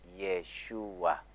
Yeshua